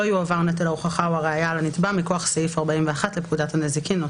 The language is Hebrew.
לא יועבר נטל ההוכחה או הראיה על הנתבע מכוח סעיף 41 לפקודת הנזיקין ".